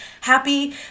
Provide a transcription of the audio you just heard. happy